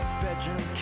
bedroom